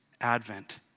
Advent